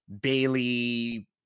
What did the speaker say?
Bailey